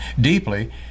deeply